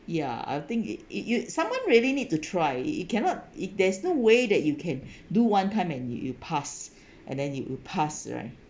ya I'll think it it you someone really need to try it it cannot it there's no way that you can do one time and you you pass and then it will pass right